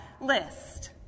list